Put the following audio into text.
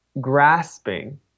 grasping